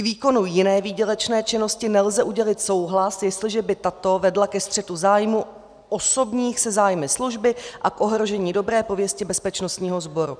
K výkonu jiné výdělečné činnosti nelze udělit souhlas, jestliže by tato vedla ke střetu zájmů osobních se zájmy služby a k ohrožení dobré pověsti bezpečnostního sboru.